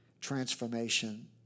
transformation